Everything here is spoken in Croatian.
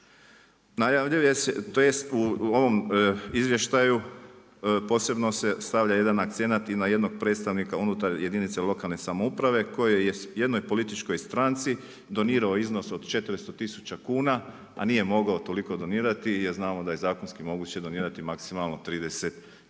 gotovo i one sve u minusu. U ovom izvještaju, posebno se stavlja jedan akcenat i na jednoj predstavnika unutar jedinica lokalne samouprave kojoj je jednoj političkoj stranci, donirao iznos od 400000 kuna, a nije mogao toliko donirati, jer znamo da je zakonski moguće donirati maksimalno 30000